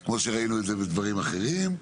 כמו שראינו את זה בדברים אחרים.